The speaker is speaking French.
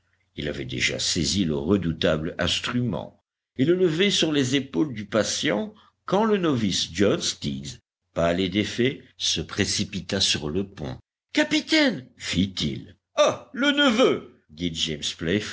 ils avaient déjà saisi le redoutable instrument et le levaient sur les épaules du patient quand le novice john stiggs pâle et défait se précipita sur le pont capitaine fit-il ah le neveu dit james